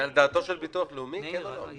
זה על דעתו של הביטוח הלאומי, כן או לא?